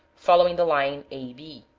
following the line a, b.